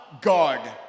God